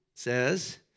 says